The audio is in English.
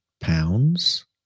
pounds